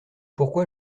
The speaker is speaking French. pourquoi